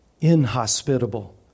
inhospitable